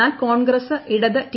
എന്നാൽ കോൺഗ്രസ് ഇടത് ടി